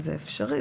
זה אפשרי.